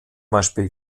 beispiel